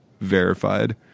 verified